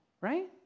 right